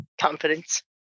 confidence